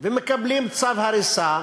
ומקבלים צו הריסה,